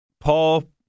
Paul